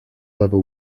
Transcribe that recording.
level